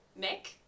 Mick